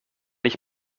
ich